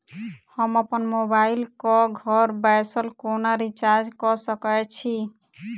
हम अप्पन मोबाइल कऽ घर बैसल कोना रिचार्ज कऽ सकय छी?